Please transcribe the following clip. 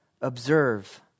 Observe